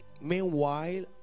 Meanwhile